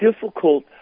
difficult